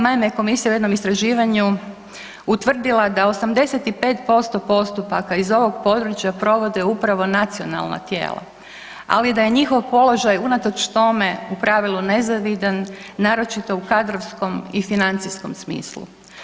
Naime, komisija je u jednom istraživanju utvrdila da 85% postupaka iz ovog područja provode upravo nacionalna tijela ali i da je njihov položaj unatoč tome u pravilu nezavidan, naročito u kadrovskom i financijskom smislu.